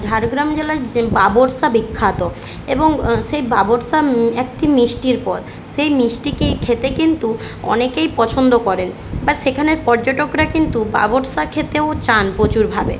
ঝাড়গ্রাম জেলায় যে বাবরসা বিখ্যাত এবং সেই বাবরসা একটি মিষ্টির পদ সেই মিষ্টিকে খেতে কিন্তু অনেকেই পছন্দ করেন বা সেখানের পর্যটকরা কিন্তু বাবরসা খেতেও চান প্রচুরভাবে